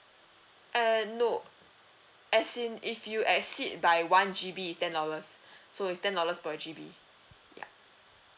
err no as in if you exceed by one G_B it's ten dollars so it's ten dollars per G_B yup